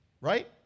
right